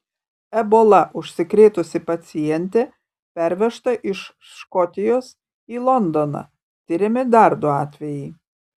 ebola užsikrėtusi pacientė pervežta iš škotijos į londoną tiriami dar du atvejai